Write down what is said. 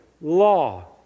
law